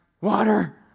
water